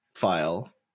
file